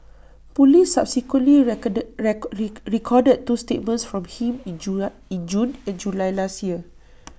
Police subsequently recorded record reek recorded two statements from him in June in June and July last year